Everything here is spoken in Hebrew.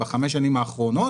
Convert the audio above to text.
בחמש השנים האחרונות,